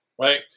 Right